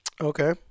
Okay